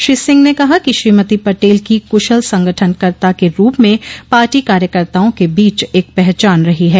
श्री सिंह ने कहा कि श्रीमती पटेल की कुशल संगठन कर्ता के रूप में पार्टी कार्यकताओं के बीच एक पहचान रही है